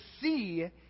see